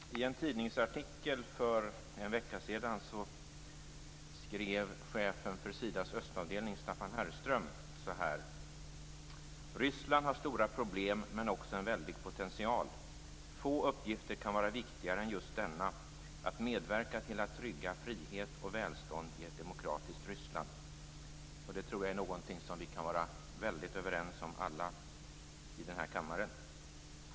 Herr talman! I en tidningsartikel för en vecka sedan skrev chefen för Sidas östavdelning, Staffan Herrström, så här: Ryssland har stora problem men också en väldig potential. Få uppgifter kan vara viktigare än just denna, att medverka till att trygga frihet och välstånd i ett demokratiskt Ryssland. Det tror jag är någonting som vi alla i denna kammaren kan vara helt överens om.